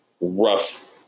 rough